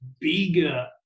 bigger